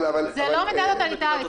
זו לא מדינה טוטליטארית.